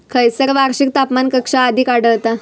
खैयसर वार्षिक तापमान कक्षा अधिक आढळता?